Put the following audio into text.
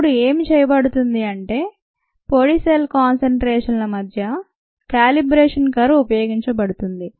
అప్పుడు ఏమి చేయబడుతుంది అంటే పొడి సెల్ కాన్సెన్ట్రేషన్ ల మధ్య క్యాలిబ్రేషన్ కర్వ్ ఉపయోగించబడుతుంది